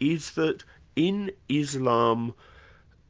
is that in islam